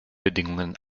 bedingungen